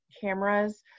cameras